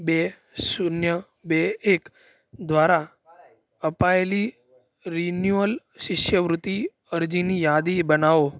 બે શૂન્ય બે એક દ્વારા અપાયેલી રિન્યુઅલ શિષ્યવૃત્તિ અરજીની યાદી બનાવો